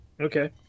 Okay